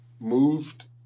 moved